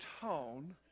tone